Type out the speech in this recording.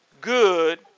good